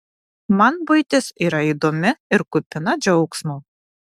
man buitis yra įdomi ir kupina džiaugsmo